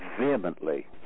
vehemently